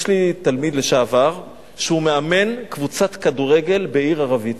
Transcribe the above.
יש לי תלמיד לשעבר שהוא מאמן קבוצת כדורגל בעיר ערבית.